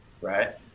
right